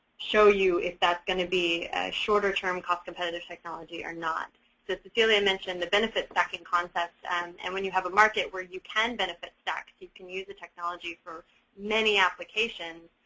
show you if that's going to be shorter term cost competitor technology or not. so cecilia mentioned the benefit-stacking context and and when you have a market where you can benefits stacking you can use the technology for many applications.